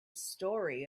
story